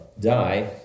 die